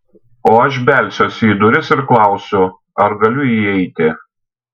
o aš belsiuosi į duris ir klausiu ar galiu įeiti